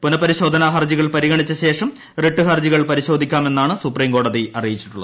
പുനഃപരിശോധനാ ഹർജികൾ പരിഗ്ണിച്ചു ശേഷം റിട്ട് ഹർജികൾ പരിശോധിക്കാമെന്നാണ് സുപ്രീംകോടതി അറിയിച്ചിരിക്കുന്നത്